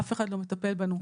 אף אחד לא מטפל בנו.